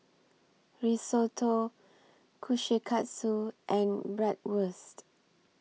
Risotto Kushikatsu and Bratwurst